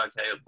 okay